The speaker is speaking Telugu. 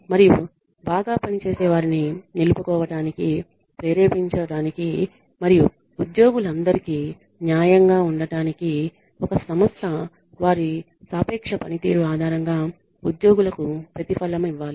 మరియు బాగా పనిచేసే వారిని నిలుపుకోవటానికి ప్రేరేపించడానికి మరియు ఉద్యోగులందరికీ న్యాయంగా ఉండటానికి ఒక సంస్థ వారి సాపేక్ష పనితీరు ఆధారంగా ఉద్యోగులకు ప్రతిఫలమివ్వాలి